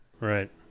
Right